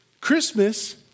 Christmas